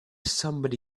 somebody